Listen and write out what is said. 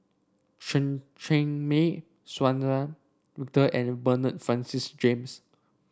Chen Cheng Mei Suzann Victor and Bernard Francis James